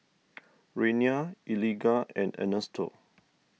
Rayna Eligah and Ernesto